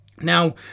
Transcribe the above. Now